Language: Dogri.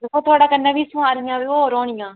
दिक्खो थुआढ़े कन्नै बी सोआरियां होर होनियां